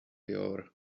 your